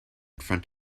front